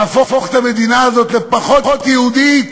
להפוך את המדינה הזאת לפחות יהודית,